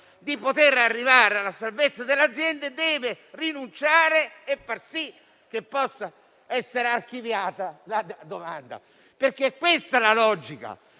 di arrivare alla salvezza dell'azienda, deve rinunciare e far sì che possa essere archiviata la domanda. Questa è la logica